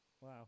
wow